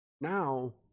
now